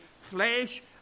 flesh